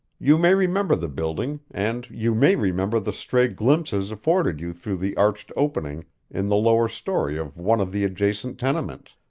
you may remember the building and you may remember the stray glimpses afforded you through the arched opening in the lower story of one of the adjacent tenements,